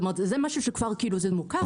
זה משהו שכבר מוכר,